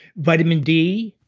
vitamin d,